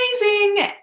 amazing